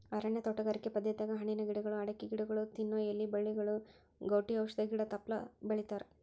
ಅರಣ್ಯ ತೋಟಗಾರಿಕೆ ಪದ್ಧತ್ಯಾಗ ಹಣ್ಣಿನ ಗಿಡಗಳು, ಅಡಕಿ ಗಿಡಗೊಳ, ತಿನ್ನು ಎಲಿ ಬಳ್ಳಿಗಳು, ಗೌಟಿ ಔಷಧ ಗಿಡ ತಪ್ಪಲ ಬೆಳಿತಾರಾ